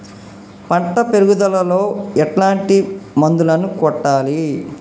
పంట పెరుగుదలలో ఎట్లాంటి మందులను కొట్టాలి?